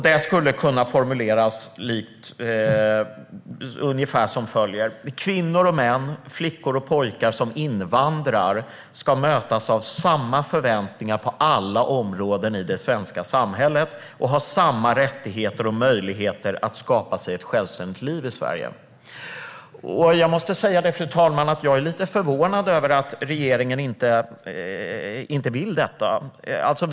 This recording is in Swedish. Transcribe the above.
Det skulle kunna formuleras ungefär som följer: Kvinnor och män, flickor och pojkar, som invandrar ska mötas av samma förväntningar på alla områden i det svenska samhället och ha samma rättigheter och möjligheter att skapa sig ett självständigt liv i Sverige. Jag måste säga att jag är lite förvånad över att regeringen inte vill detta, fru talman.